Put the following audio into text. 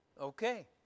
Okay